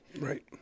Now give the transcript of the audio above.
Right